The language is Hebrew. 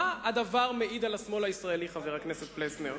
מה הדבר מעיד על השמאל הישראלי, חבר הכנסת פלסנר?